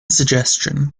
suggestion